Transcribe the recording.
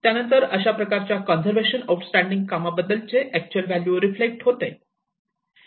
त्यानंतर अशा प्रकारच्या कंझर्वेशन आउट स्टॅंडिंग कामाबद्दल चे अॅक्च्युअल व्हॅल्यू रिफ्लेट होते